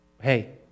hey